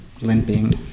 limping